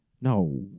No